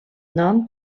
nom